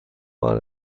بار